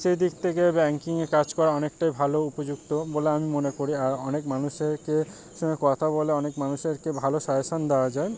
সে দিক থেকে ব্যাঙ্কিংয়ে কাজ করা অনেকটা ভালো উপযুক্ত বলে আমি মনে করি আর অনেক মানুষেরকে সঙ্গে কথা বলে অনেক মানুষেরকে ভালো সাজেশান দেওয়া যায়